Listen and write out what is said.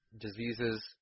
diseases